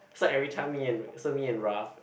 so everytime me and so me and Ralph